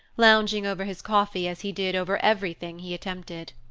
lounging over his coffee as he did over everything he attempted.